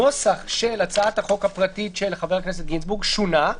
הנוסח של הצעת החוק הפרטית של חבר הכנסת גינזבורג שונה,